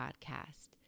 podcast